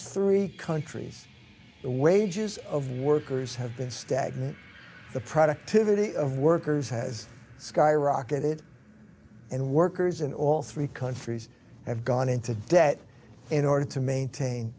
three countries and wages of workers have been stagnant the productivity of workers has skyrocketed and workers in all three countries have gone into debt in order to maintain